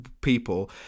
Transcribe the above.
people